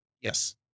Yes